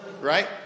right